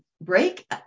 break